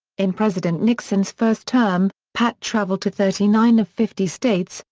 in president nixon's first term, pat traveled to thirty nine of fifty states,